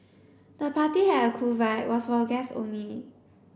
the party had a cool vibe was for guests only